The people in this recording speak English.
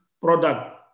product